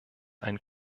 ein